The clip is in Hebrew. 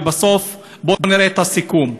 ובסוף בוא נראה את הסיכום: